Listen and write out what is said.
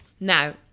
Now